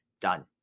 Done